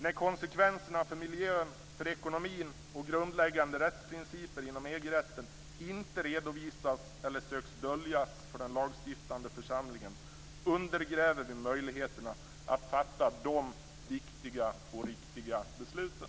När konsekvenserna för miljön, ekonomin och grundläggande rättsprinciper inom EG-rätten inte redovisas eller söks döljas för den lagstiftande församlingen undergräver vi möjligheterna att fatta de viktiga och riktiga besluten.